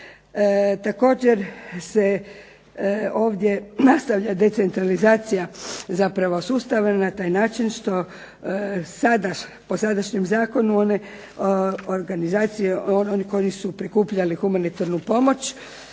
Također se ovdje nastavlja decentralizacija sustava na taj način što po sadašnjem zakonu one organizacije onom koji su prikupljali humanitarnu pomoć